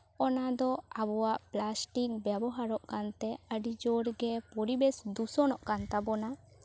ᱚᱱᱟ ᱫᱚ ᱟᱵᱚᱣᱟᱜ ᱯᱞᱟᱥᱴᱤᱠ ᱵᱮᱵᱚᱦᱟᱨᱚᱜ ᱠᱟᱱᱛᱮ ᱟᱹᱰᱤ ᱡᱳᱨ ᱜᱮ ᱯᱚᱨᱤᱵᱮᱥ ᱫᱩᱥᱚᱱᱚᱜ ᱠᱟᱱ ᱛᱟᱵᱚᱱᱟ